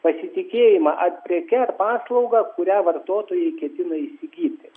pasitikėjimą ar preke ar paslauga kurią vartotojai ketina įsigyti